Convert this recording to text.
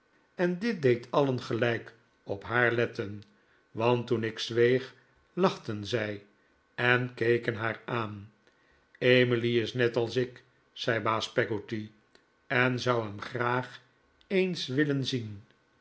en dit deed alien gelijk op haar letten want toen ik zweeg lachten zij en keken haar aan emily is net als ik zei baas peggotty en zou hem graag eens willen zien